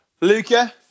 Luca